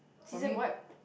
season what